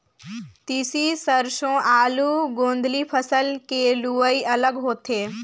तिसी, सेरसों, आलू, गोदंली फसल के लुवई अलग होथे